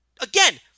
Again